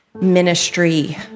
ministry